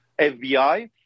FBI